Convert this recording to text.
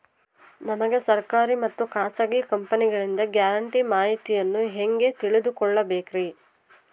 ನಮಗೆ ಸರ್ಕಾರಿ ಮತ್ತು ಖಾಸಗಿ ಕಂಪನಿಗಳಿಂದ ಗ್ಯಾರಂಟಿ ಮಾಹಿತಿಯನ್ನು ಹೆಂಗೆ ತಿಳಿದುಕೊಳ್ಳಬೇಕ್ರಿ?